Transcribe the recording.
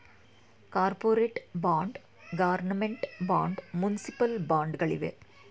corporate bond, government bond, municipal bond ಗಳಿವೆ